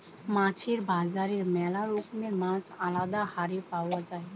মাছের বাজারে ম্যালা রকমের মাছ আলদা হারে পাওয়া যায়